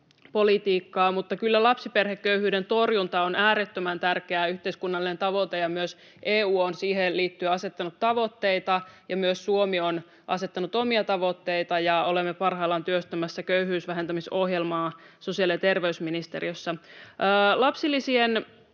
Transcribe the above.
yhteiskuntapolitiikkaa, mutta kyllä lapsiperheköyhyyden torjunta on äärettömän tärkeä yhteiskunnallinen tavoite, ja myös EU on siihen liittyen asettanut tavoitteita, ja myös Suomi on asettanut omia tavoitteita, ja olemme parhaillaan työstämässä köyhyyden vähentämisohjelmaa sosiaali- ja terveysministeriössä. Lapsilisien